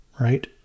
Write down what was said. Right